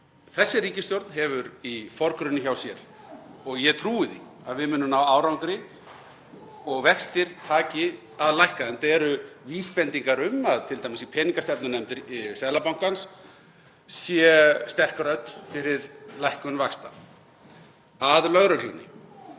þessi ríkisstjórn hefur í forgrunni hjá sér og ég trúi því að við munum ná árangri og að vextir taki að lækka, enda eru vísbendingar um að t.d. í peningastefnunefnd Seðlabankans sé sterk rödd fyrir lækkun vaxta. Að lögreglunni.